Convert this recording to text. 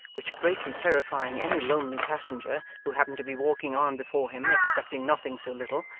which greatly terrifying any lonely passenger, who happened to be walking on before him expecting nothing so little,